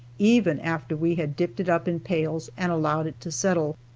even after we had dipped it up in pails and allowed it to settle.